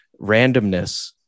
Randomness